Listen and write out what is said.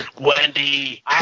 Wendy